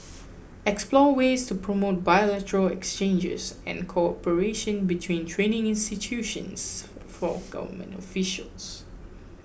explore ways to promote bilateral exchanges and cooperation between training institutions for government officials